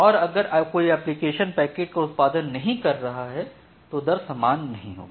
और अगर कोई एप्लीकेशन पैकेट का उत्पादन नहीं कर रहा है तो दर सामान नहीं होगी